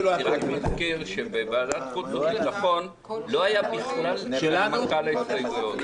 אני רק מזכיר שבוועדת החוץ והביטחון לא הייתה בכלל הנמקה להסתייגויות.